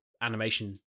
animation